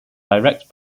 direct